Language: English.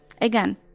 again